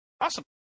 awesome